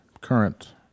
Current